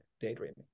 Daydreaming